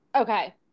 Okay